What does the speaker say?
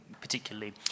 particularly